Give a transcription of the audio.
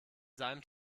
seinem